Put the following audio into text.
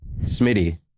Smitty